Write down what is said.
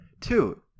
two